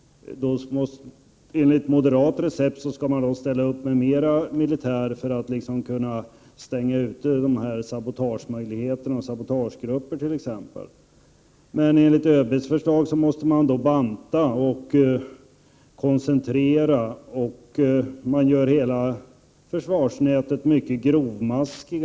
Enligt moderat recept skall militären utökas för att stänga ute dessa sabotagemöjligheter, t.ex. sabotagegrupper. Men enligt ÖB:s förslag måste verksamheten då bantas och koncentreras och försvarsnätet göras mer grovmaskigt.